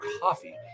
coffee